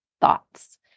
thoughts